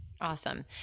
Awesome